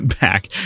back